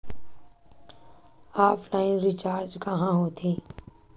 Offline recharge कहां होथे?